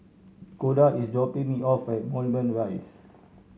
Koda is dropping me off at Moulmein Rise